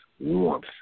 warmth